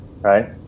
right